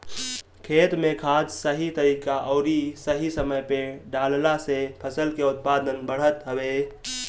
खेत में खाद सही तरीका अउरी सही समय पे डालला से फसल के उत्पादन बढ़त हवे